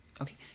Okay